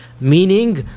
Meaning